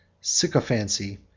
Sycophancy